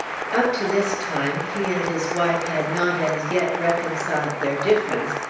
up to this time he and his wife had not as yet reconciled their difference,